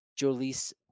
Jolice